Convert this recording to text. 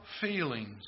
feelings